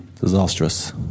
disastrous